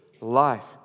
life